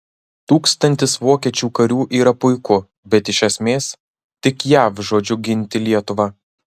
tūkstantis vokiečių karių yra puiku bet iš esmės tik jav žodžiu ginti lietuvą